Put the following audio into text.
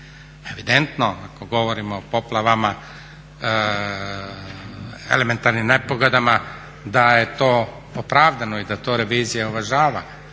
Evidentno ako govorimo o poplavama, elementarnim nepogodama da je to opravdano i da to revizija uvažava.